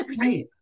Right